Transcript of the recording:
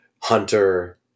Hunter